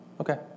Okay